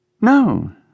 No